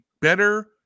better